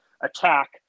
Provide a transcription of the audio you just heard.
attack